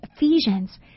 Ephesians